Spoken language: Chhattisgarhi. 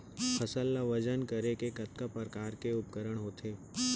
फसल ला वजन करे के कतका प्रकार के उपकरण होथे?